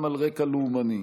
גם על רקע לאומני.